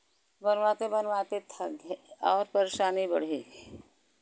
बनवाते बनवाते थक गए और परेशानी बढ़ ही गई